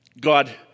God